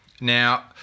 Now